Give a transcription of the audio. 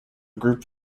group